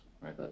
Right